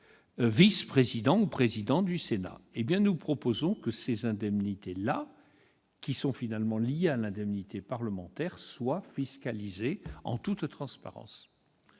vice-présidence ou présidence du Sénat ... Nous proposons que ces indemnités-là, qui sont liées à l'indemnité parlementaire, soient fiscalisées, en toute transparence.